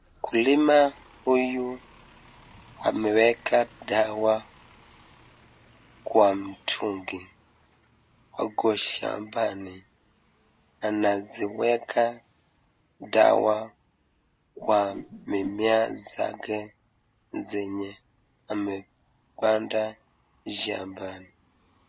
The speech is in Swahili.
Mkulima huyu ameweka dawa kwa mtungi ako shambani anaziweka dawa kwa mimea zake zenye amepanda shambani.